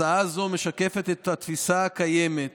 הצעה זו משקפת את התפיסה הקיימת,